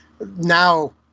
Now